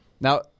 Now